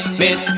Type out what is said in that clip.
miss